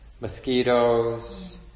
mosquitoes